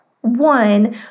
one